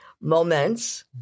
moments